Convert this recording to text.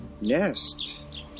nest